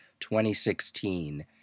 2016